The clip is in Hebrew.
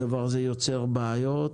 הדבר הזה יוצר בעיות.